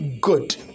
good